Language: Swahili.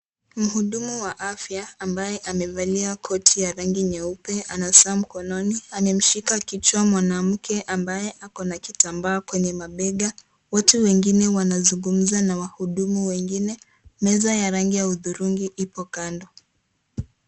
Muhudumu wa afya ambaye amevalia koti ya rangi nyeupe ana saa mkononi amemshika kichwa mwanamke ambaye ako na kitambaa kwenye mabega, watu wengine wanazungumza na wahudumu wengine meza ya rangi ya udhurungi ipo kando.